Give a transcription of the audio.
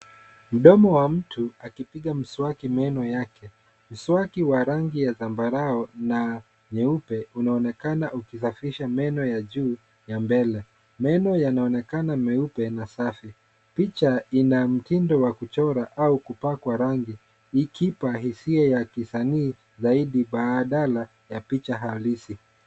Mdomo wa mtu akipiga mswaki meno yake, mswaki wa rangi ya zambarau na nyeupe unaonekana ukisafisha meno ya juu ya mbele. Meno yanaonekana meupe na safi. Picha ina mtindo wa kuchora au kupakwa rangi ikipa hisia ya kisanii zaidi badala ya picha halisi.